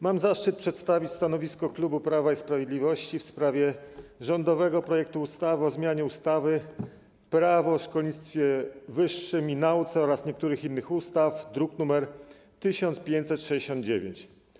Mam zaszczyt przedstawić stanowisko klubu Prawa i Sprawiedliwości w sprawie rządowego projektu ustawy o zmianie ustawy - Prawo o szkolnictwie wyższym i nauce oraz niektórych innych ustaw, druk nr 1569.